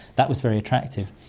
that was very attractive.